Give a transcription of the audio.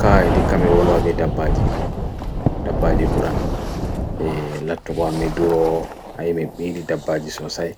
kaa ndi kami wolawe da bhaji da bhaji buran ndi lato wami duro ndi ndi da bhaji sosai